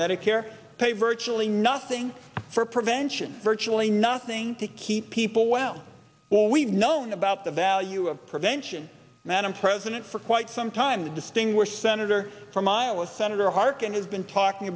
medicare pay virtually nothing for prevention virtually nothing to keep people well well we've known about the value of prevention madam president for quite some time the distinguished senator from iowa senator harkin has been talking